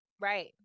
Right